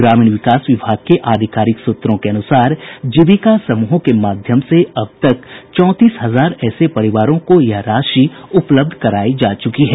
ग्रामीण विकास विभाग के आधिकारिक सूत्रों के अनुसार जीविका समूहों के माध्यम से अब तक चौंतीस हजार ऐसे परिवारों को यह राशि उपलब्ध करायी जा चुकी है